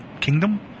kingdom